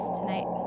tonight